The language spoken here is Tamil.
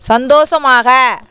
சந்தோஷமாக